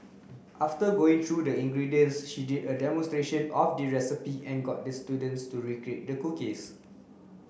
after going through the ingredients she did a demonstration of the recipe and got the students to recreate the cookies